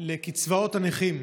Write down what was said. לקצבאות הנכים.